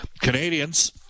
Canadians